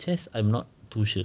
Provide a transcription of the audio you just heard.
chess I'm not too sure